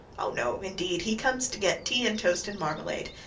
oh, no, indeed he comes to get tea and toast and marmalade.